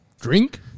Drink